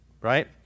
right